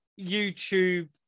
YouTube